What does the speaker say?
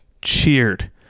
cheered